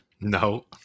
No